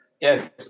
Yes